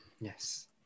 Yes